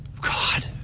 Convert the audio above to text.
God